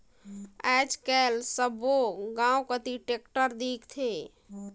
आएज काएल सब्बो गाँव कती टेक्टर दिखथे